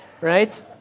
right